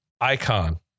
ICON